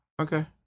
okay